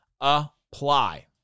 apply